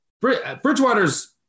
Bridgewater's